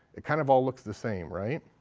it kind of all looks the same, right.